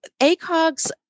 ACOG's